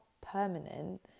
permanent